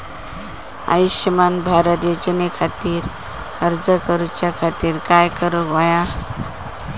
आयुष्यमान भारत योजने खातिर अर्ज करूच्या खातिर काय करुक होया?